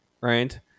right